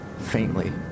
faintly